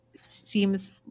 seems